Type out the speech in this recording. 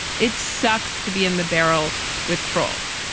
it sucks to be in the barrel withdrawals.